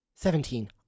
Seventeen